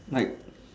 like